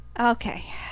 Okay